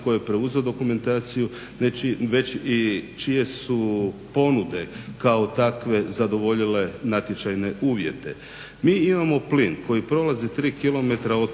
tko je preuzeo dokumentaciju već i čije su ponude kao takve zadovoljile natječajne uvjete. Mi imamo plin koji prolazi 3km od